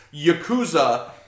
Yakuza